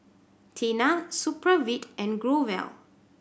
Tena Supravit and Growell